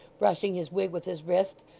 brushing his wig with his wrist,